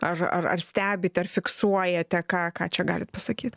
ar ar ar stebite ar fiksuojate ką ką čia galit pasakyt